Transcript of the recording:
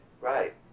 Right